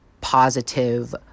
positive